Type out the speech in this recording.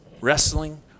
Wrestling